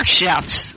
chefs